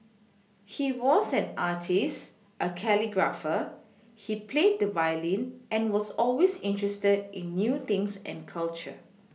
he was an artist a calligrapher he played the violin and was always interested in new things and culture